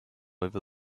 over